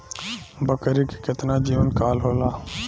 बकरी के केतना जीवन काल होला?